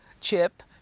Chip